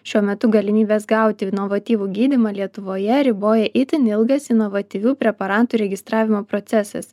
šiuo metu galimybes gauti inovatyvų gydymą lietuvoje riboja itin ilgas inovatyvių preparatų registravimo procesas